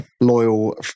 loyal